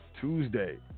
Tuesday